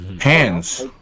Hands